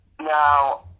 Now